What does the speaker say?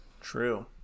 True